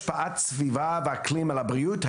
לעניין השפעת הסביבה והאקלים על בריאות הציבור.